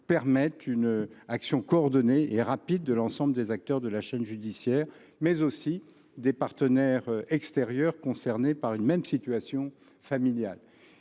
permettent une action coordonnée et rapide de l’ensemble des acteurs de la chaîne judiciaire, mais aussi des partenaires extérieurs concernés par une même situation familiale.